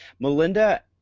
Melinda